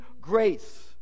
grace